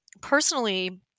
Personally